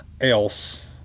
else